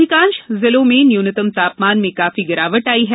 अधिकांश जिलों में न्यूनतम तापमान में काफी गिरावट आई है